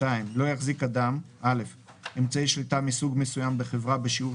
לא יחזיק אדם אמצעי שליטה מסוג מסוים בחברה בשיעור